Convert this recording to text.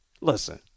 Listen